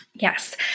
Yes